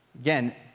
Again